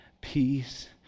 peace